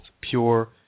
Pure